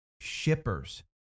shippers